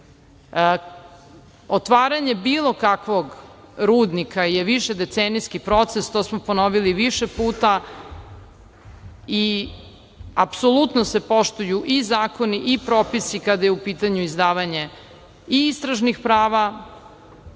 Otvaranje bilo kakvog rudnika je višedecenijski proces, to smo ponovili više puta, i apsolutno se poštuju i zakoni i propisi kada je u pitanju izdavanje i istražnih prava,